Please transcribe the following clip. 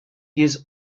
use